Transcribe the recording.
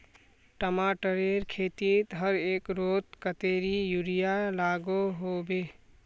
टमाटरेर खेतीत हर एकड़ोत कतेरी यूरिया लागोहो होबे?